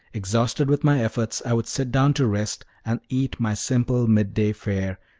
exhausted with my efforts, i would sit down to rest and eat my simple midday fare,